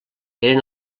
eren